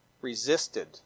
resisted